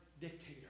dictator